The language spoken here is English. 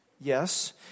Yes